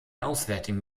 auswärtigen